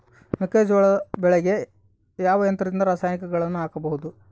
ಮೆಕ್ಕೆಜೋಳ ಬೆಳೆಗೆ ಯಾವ ಯಂತ್ರದಿಂದ ರಾಸಾಯನಿಕಗಳನ್ನು ಹಾಕಬಹುದು?